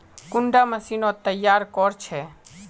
कुंडा मशीनोत तैयार कोर छै?